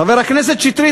חבר הכנסת שטרית,